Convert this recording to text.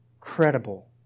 credible